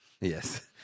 Yes